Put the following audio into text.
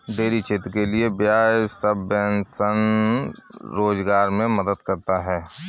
dairy क्षेत्र के लिये ब्याज सबवेंशन रोजगार मे मदद करता है